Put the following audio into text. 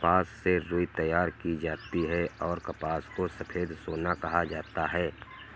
कपास से रुई तैयार की जाती हैंऔर कपास को सफेद सोना कहा जाता हैं